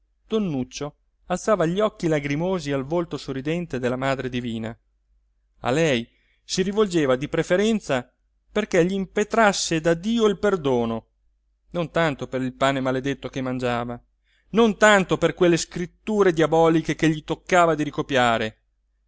don nuccio alzava gli occhi lagrimosi al volto sorridente della madre divina a lei si rivolgeva di preferenza perché gl'impetrasse da dio il perdono non tanto per il pane maledetto che mangiava non tanto per quelle scritture diaboliche che gli toccava di ricopiare